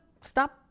stop